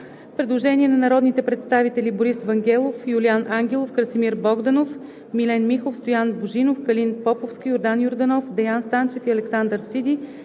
Предложение на народните представители Борис Вангелов, Юлиан Ангелов, Красимир Богданов, Милен Михов, Стоян Божинов, Калин Поповски, Йордан Йорданов, Деян Станчев u Александър Сиди: